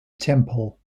temple